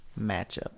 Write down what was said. matchup